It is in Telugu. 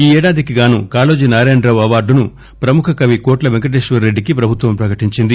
ఈ ఏడాదికి గానూ కాళోజీ నారాయణరావు అవార్గును ప్రముఖ కవి కోట్ల పెంకటేశ్వర్ రెడ్డికి ప్రభుత్వం ప్రకటించింది